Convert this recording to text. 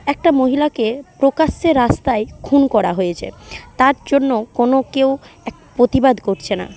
একটা মহিলাকে প্রকাশ্যে রাস্তায় খুন করা হয়েছে তার জন্য কোনো কেউ এক প্রতিবাদ করছে না